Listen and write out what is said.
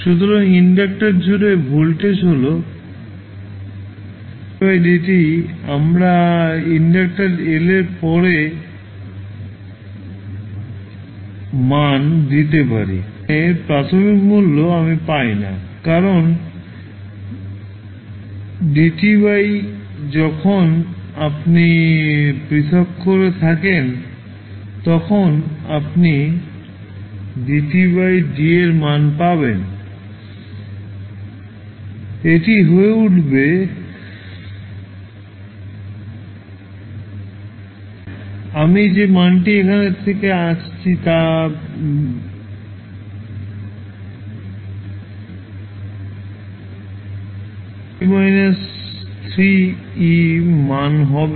সুতরাং ইন্ডাক্টর জুড়ে ভোল্টেজ হল di by dt আমরা ইন্ডাক্টর L এর পরে মান দিতে পারি বর্তমানের প্রাথমিক মূল্য আমি পাই না কারণ ডিটি বাই যখন আপনি পৃথক করে থাকেন তখন আপনি ডিটি বাই ডি এর মান পাবেন এটি হয়ে উঠবে আমি যে মানটি এখানে থেকে আসছি তা 2t 3ই মান হবে না